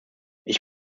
ich